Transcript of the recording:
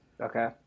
Okay